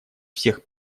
всех